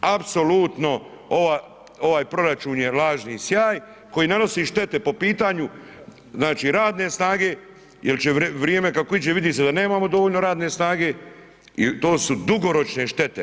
Apsolutno ovaj proračun je lažni sjaj koji nanosi štete po pitanju radne snage jel će vrijeme kako iđe vidi se da nemamo dovoljno radne snage i to su dugoročne štete.